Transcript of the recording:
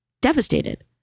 devastated